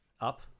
Up